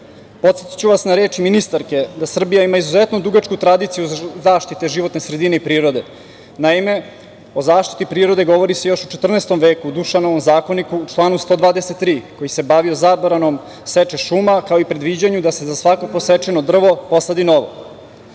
Podsetiću vas na reči ministarke da Srbija ima izuzetno dugačku tradiciju zaštite životne sredine i prirode. Naime, o zaštiti prirode govori se još u 14. veku u Dušanom zakoniku, u članu 123, koji se bavio zabranom seče šuma, kao i predviđanju da se za svako posečeno drvo posadi novo. Danas